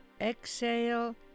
exhale